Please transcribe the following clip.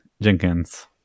Jenkins